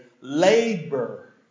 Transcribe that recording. labor